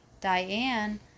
Diane